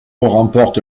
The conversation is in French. remporte